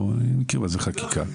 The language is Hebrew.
אני מכיר מה זה חקיקה.